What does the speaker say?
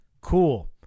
Cool